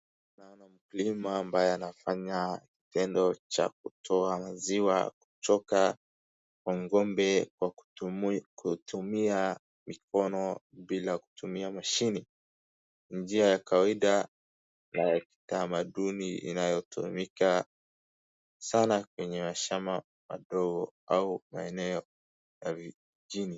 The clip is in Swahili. Mkulima ambaye anafanya tendo cha kutoa maziwa kutoka ng'ombe kwa kutumia mikono bila kutumia mashini. Ni njia ya kawaida ya kitamaduni inayotumika sana kwenye mashamba madogo au eneo ya vijijini.